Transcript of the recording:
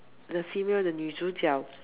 the female the 女主角